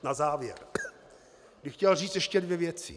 Na závěr bych chtěl říct ještě dvě věci.